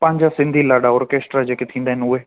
पंहिंजा सिंधी लाॾा ऑर्केस्ट्रा जेके थींदा आहिनि उहे